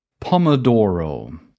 Pomodoro